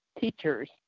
teachers